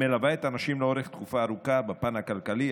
המלווה את הנשים לאורך תקופה ארוכה בפן הכלכלי,